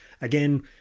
again